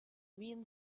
minen